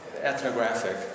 ethnographic